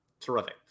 Terrific